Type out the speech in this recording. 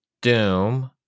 Doom